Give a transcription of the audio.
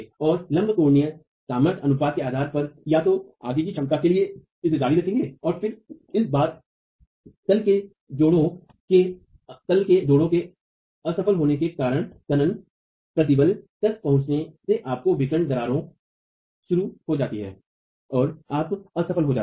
और ऑर्थोगोनललंब कोणीय सामर्थ्य अनुपात के आधार पर या तो आगे की क्षमता के लिए इसे जारी रखें और फिर एक बार ताल के जोड़ों के असफल होने के कारण तनन प्रतिबल तक पहुंचने से आपको विकर्ण दरारें शुरू हो जाती हैं और आप असफल हो जाते हैं